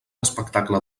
espectacle